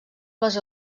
les